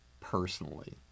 personally